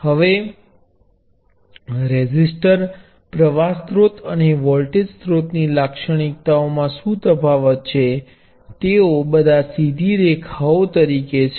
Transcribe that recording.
હવે રેઝિસ્ટર પ્રવાહ સ્ત્રોત અને વોલ્ટેજ સ્ત્રોત ની લાક્ષણિકતાઓ માં શું તફાવત છે તેઓ બધા સીધી રેખાઓ તરીકે છે